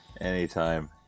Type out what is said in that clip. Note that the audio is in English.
Anytime